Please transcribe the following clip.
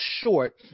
short